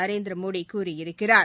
நரேந்திரமோடி கூறியிருக்கிறார்